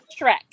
Shrek